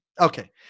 okay